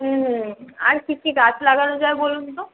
হুম হুম আর কী কী গাছ লাগানো যায় বলুন তো